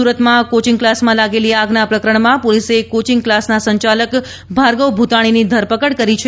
સુરતમાં કોચિંગ ક્લાસમાં લાગેલી આગના પ્રકરણમાં પોલીસે કોચિંગ ક્લાસના સંચાલક ભાર્ગવ ભ્વતાણીની ધરપકડ કરી છે